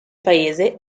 paese